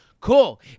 Cool